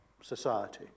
society